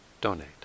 donate